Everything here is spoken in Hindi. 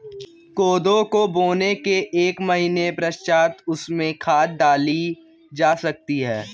कोदो को बोने के एक महीने पश्चात उसमें खाद डाली जा सकती है